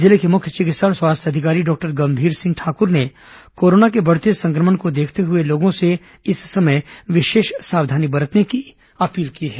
जिले के मुख्य चिकित्सा और स्वास्थ्य अधिकारी डॉक्टर गंभीर सिंह ठाकुर ने कोरोना के बढ़ते संक्रमण को देखते हुए लोगों से इस समय विशेष सावधानी बरतने की अपील की है